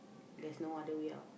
there's no other way out